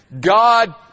God